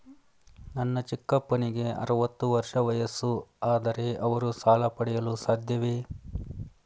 ನನ್ನ ಚಿಕ್ಕಪ್ಪನಿಗೆ ಅರವತ್ತು ವರ್ಷ ವಯಸ್ಸು, ಆದರೆ ಅವರು ಸಾಲ ಪಡೆಯಲು ಸಾಧ್ಯವೇ?